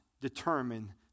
determine